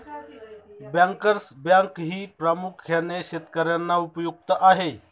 bankers बँकही प्रामुख्याने शेतकर्यांना उपयुक्त आहे